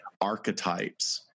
archetypes